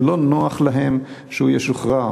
ולא נוח להם שהוא ישוחרר.